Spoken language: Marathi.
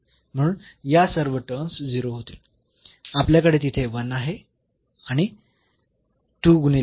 म्हणून या सर्व टर्म्स होतील आपल्याकडे तिथे आहे आणि गुणिले